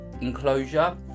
enclosure